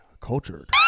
cultured